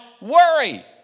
worry